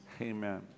amen